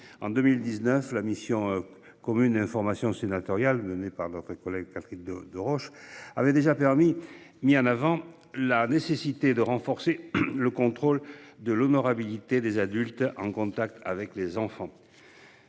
En 2019, la mission commune d'information sénatoriale menée par notre collègue de de Roche avait déjà permis mis en avant la nécessité de renforcer le contrôle de l'honorabilité des adultes en contact avec les enfants.